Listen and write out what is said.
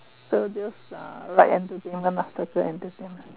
so those uh like entertainment lah better entertainment